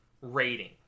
rating